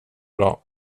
bra